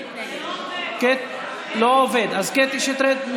קטי שטרית,